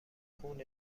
خون